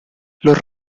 los